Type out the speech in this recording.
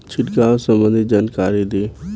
छिड़काव संबंधित जानकारी दी?